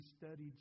studied